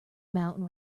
mountain